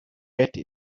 ate